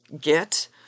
Get